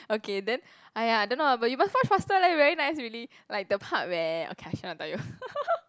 okay then !aiya! don't know ah but you must watch faster leh very nice really like the part where okay I shall not tell you